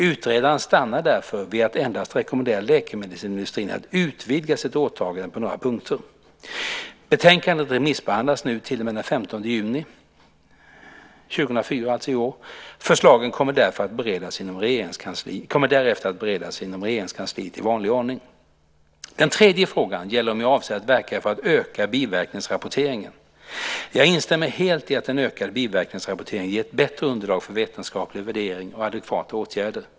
Utredaren stannade därför vid att endast rekommendera läkemedelsindustrin att utvidga sitt åtagande på några punkter. Betänkandet remissbehandlas nu till och med 15 juni 2004. Förslagen kommer därefter att beredas inom Regeringskansliet i vanlig ordning. Den tredje frågan gäller om jag avser att verka för att öka biverkningsrapporteringen. Jag instämmer helt i att en ökad biverkningsrapportering ger ett bättre underlag för vetenskaplig värdering och adekvata åtgärder.